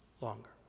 longer